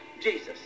Jesus